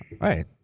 Right